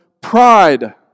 pride